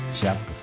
chapter